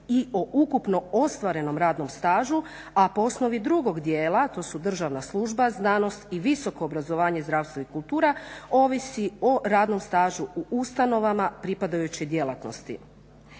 i o ukupno ostvarenom rednom stažu, a po osnovi drugog dijela, to su državna služba, znanost i visoko obrazovanje, zdravstvo i kultura ovisi o radnom stažu u ustanovama pripadajuće djelatnosti.